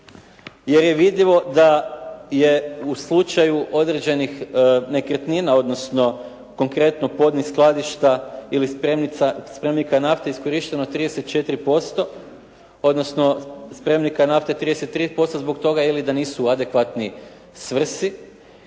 jer je vidljivo da je u slučaju određenih nekretnina, odnosno konkretno podnih skladišta ili spremnika nafte iskorišteno 34% odnosno spremnika nafte 33% zbog toga ili da nisu adekvatni svrsi